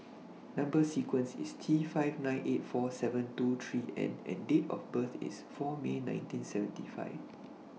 Number sequence IS T five nine eight four seven two three N and Date of birth IS four May nineteen seventy five